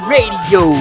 Radio